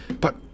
But